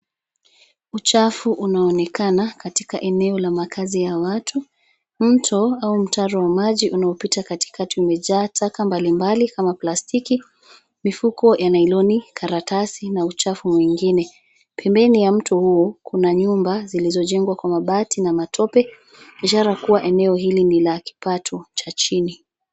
Uchafu unaonekana katika eneo la makaazi ya watu. Mto au mtaro wa maji unaopita katikati umejaa taka mbalimbali kama plastiki, mifuko ya nailoni, karatasi na uchafu mwingine. Pembeni ya mto huu kuna nyumba zilizojengwa kwa mabati na matope ishara kuwa eneo hili ni la kipato cha chini.